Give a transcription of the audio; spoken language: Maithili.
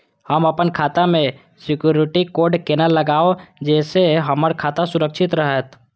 हम अपन खाता में सिक्युरिटी कोड केना लगाव जैसे के हमर खाता सुरक्षित रहैत?